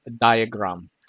diagram